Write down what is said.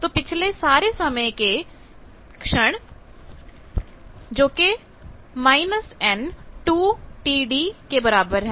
तो पिछले सारे समय के क्षण t n2Td की दूरी पर दिए गए हैं